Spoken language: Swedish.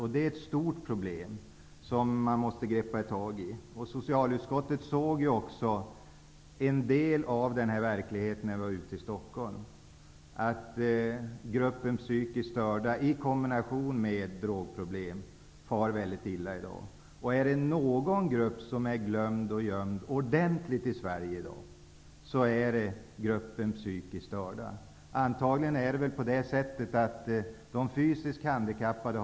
Detta är ett stort problem som man måste ta tag i. Socialutskottet har också sett en del av verkligheten här i Stockholm. Gruppen störda, och då i kombination med drogproblem, far nämligen väldigt illa i dag. Är det någon grupp i sverige som i dag är ordentligt gömd och glömd, är det just gruppen psykiskt störda. Antagligen är det så, att vi har kunnat se de fysiskt handikappade.